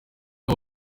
w’u